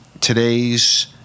Today's